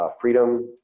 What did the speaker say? Freedom